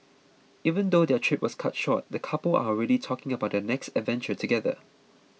even though their trip was cut short the couple are already talking about their next adventure together